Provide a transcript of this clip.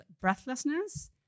breathlessness